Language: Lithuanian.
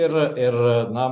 ir ir na